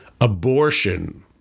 abortion